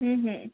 ہوں ہوں